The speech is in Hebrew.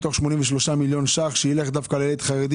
מתוך 83 מיליון ₪ שיילך דווקא לילד חרדי